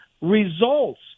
results